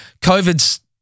COVID's